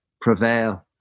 prevail